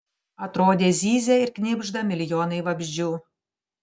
atrodė zyzia ir knibžda milijonai vabzdžių